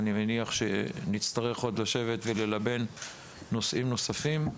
אני מניח שנצטרך עוד לשבת וללבן נושאים נוספים,